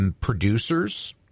producers